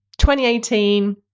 2018